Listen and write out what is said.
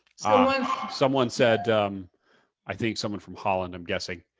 so and someone said i think someone from holland, i'm guessing